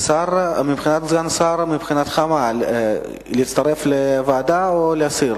מבחינתך מה, להצטרף לוועדה או להסיר?